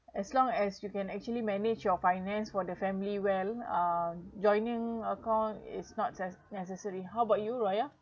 as long as you can actually manage your finance for the family well uh joining account is not necessary how about you raya